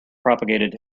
propagated